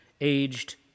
aged